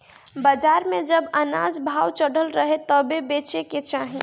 बाजार में जब अनाज भाव चढ़ल रहे तबे बेचे के चाही